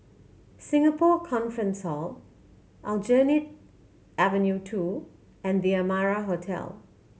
Singapore Conference Hall Aljunied Avenue Two and The Amara Hotel